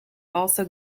also